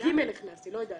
את (ג) הכנסתי, לא את (ד).